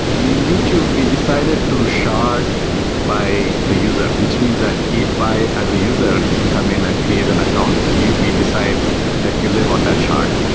in youtube, we decided to shard by the user, which means that if i as a user come in and create an account, we decide that you live on that shard.